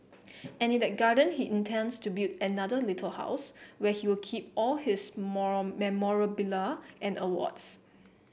and in that garden he intends to build another little house where he'll keep all his memorabilia and awards